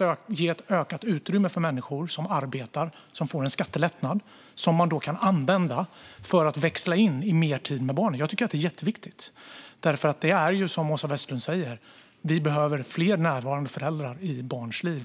att ge ett ökat utrymme för människor som arbetar genom att de får en skattelättnad som de kan använda för att växla in i mer tid med barnen. Jag tycker att det är jätteviktigt. Det är som Åsa Westlund säger. Vi behöver fler närvarande föräldrar i barns liv.